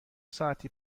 ساعتی